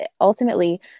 ultimately